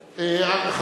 בן-אליעזר,